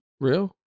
real